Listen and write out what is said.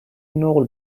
نقل